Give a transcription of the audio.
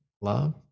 Love